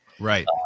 Right